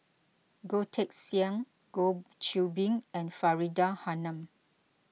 Goh Teck Sian Goh Qiu Bin and Faridah Hanum